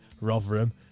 Rotherham